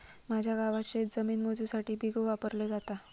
माझ्या गावात शेतजमीन मोजुसाठी बिघो वापरलो जाता